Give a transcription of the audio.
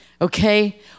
okay